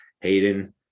Hayden